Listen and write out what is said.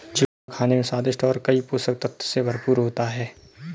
चिलगोजा खाने में स्वादिष्ट और कई पोषक तत्व से भरपूर होता है